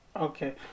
Okay